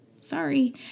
Sorry